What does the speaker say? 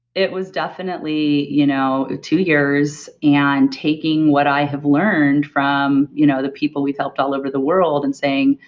it was definitely you know two years and taking what i have learned from you know the people we've helped all over the world and saying,